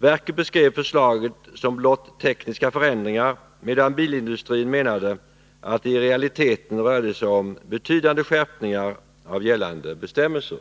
Verket beskrev förslaget ”som blott tekniska förändringar”, medan bilindustrin menade att det i realiteten rörde sig om betydande skärpningar av gällande bestämmelser.